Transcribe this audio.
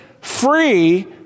free